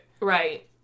Right